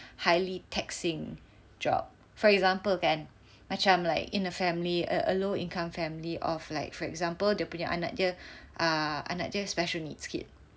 highly taxing job for example kan macam like in a family a a low income family of like for example dia punya anak dia err anak dia special needs kid